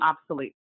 obsolete